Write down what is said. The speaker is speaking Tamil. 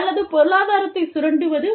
அல்லது பொருளாதாரத்தைச் சுரண்டுவது